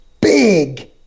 big